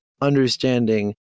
understanding